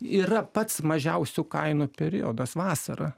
yra pats mažiausių kainų periodas vasarą